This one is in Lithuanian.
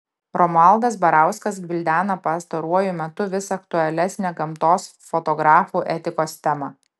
romualdas barauskas gvildena pastaruoju metu vis aktualesnę gamtos fotografų etikos temą